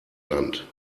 land